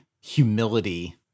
humility